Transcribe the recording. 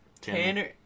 Tanner